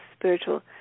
spiritual